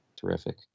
Terrific